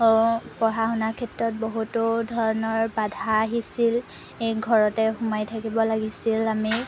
পঢ়া শুনা ক্ষেত্ৰত বহুতো ধৰণৰ বাধা আহিছিল ঘৰতে সোমাই থাকিব লাগিছিল আমি